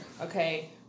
okay